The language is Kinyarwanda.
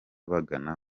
bagana